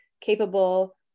capable